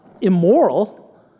Immoral